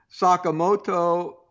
Sakamoto